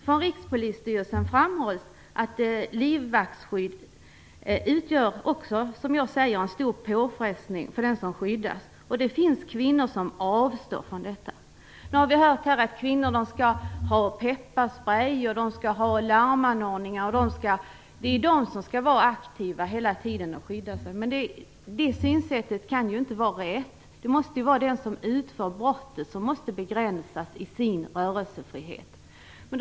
Från Rikspolisstyrelsen framhålls att livvaktsskydd utgör också, som jag säger, en stor påfrestning på den som skyddas. Det finns kvinnor som avstår från det. Vi har hört här att kvinnor skall ha pepparsprej, larmordningar osv. Det är de som hela tiden skall vara aktiva och skydda sig. Det synsättet kan inte vara rätt. Det måste vara den som utför brottet som måste få sin rörelsefrihet begränsad.